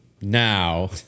now